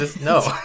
No